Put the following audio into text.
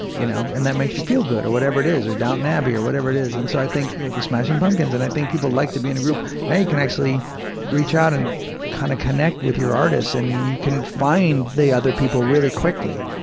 you know, and that makes you feel good or whatever it is. or downton abbey or whatever it is. and so i think the smashing pumpkins and i think people like to be in a group. and then you can actually reach out and kind of connect with your artists and you can find the other people really quickly.